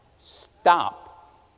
Stop